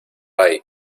hay